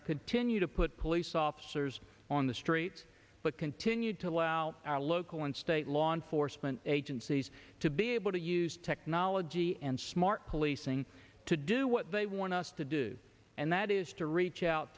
er continue to put police officers on the streets but continue to allow our local and state law enforcement agencies to be able to use technology and smart policing to do what they want us to do and that is to reach out